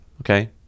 Okay